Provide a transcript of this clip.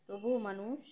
তবু মানুষ